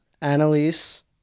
Annalise